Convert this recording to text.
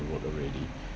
we are not ready